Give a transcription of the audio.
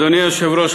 אדוני היושב-ראש,